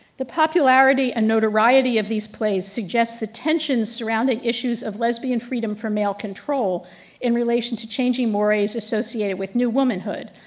the popularity and notoriety of these plays suggest the tensions surrounding issues of lesbian freedom for male control in relation to changing mores associated with new womanhood.